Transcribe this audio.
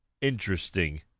interesting